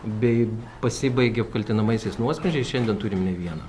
bei pasibaigė apkaltinamaisiais nuosprendžiais šiandien turim ne vieną